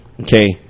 Okay